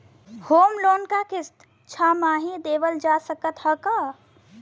Home loan क किस्त छमाही देहल जा सकत ह का?